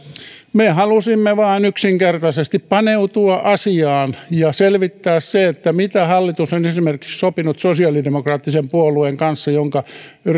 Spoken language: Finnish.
me halusimme vain yksinkertaisesti paneutua asiaan ja selvittää sen mitä hallitus on sopinut esimerkiksi sosiaalidemokraattisen puolueen kanssa jonka